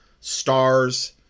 stars